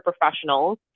professionals